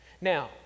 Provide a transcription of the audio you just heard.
Now